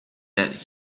that